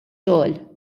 xogħol